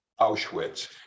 Auschwitz